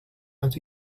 and